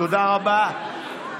תודה רבה.